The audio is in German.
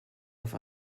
auf